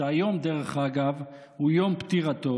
שהיום, דרך אגב, הוא יום פטירתו,